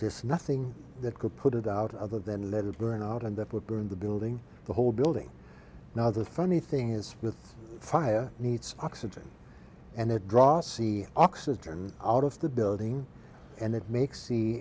just nothing that could put it out other than little burn out and that would burn the building the whole building now the funny thing is with fire needs oxygen and it draws c oxygen out of the building and it makes